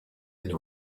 and